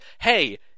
hey